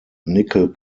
nickel